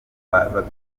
batandatu